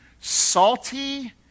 salty